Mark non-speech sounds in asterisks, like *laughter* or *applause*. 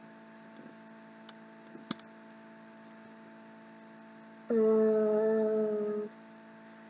*noise* um